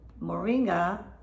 Moringa